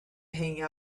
hanging